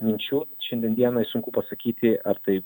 minčių šiandien dienai sunku pasakyti ar tai